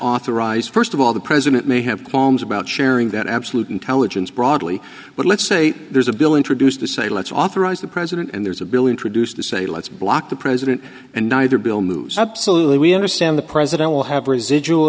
authorize first of all the president may have qualms about sharing that absolute intelligence broadly but let's say there's a bill introduced to say let's authorize the president and there's a bill introduced to say let's block the president and neither bill move absolutely we understand the president will have residual